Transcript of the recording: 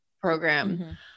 program